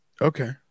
Okay